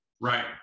right